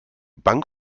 bank